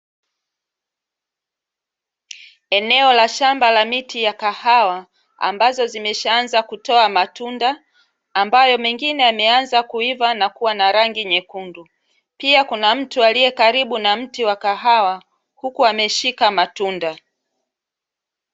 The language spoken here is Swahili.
Eneo la shamba la miti ya kahawa ambazo zimeshaanza kutoa matunda, ambayo mengine yameanza kuiva na kuwa na rangi nyekundu. Pia kuna mtu aliye karibu na mti wa kahawa huku ameshika matunda.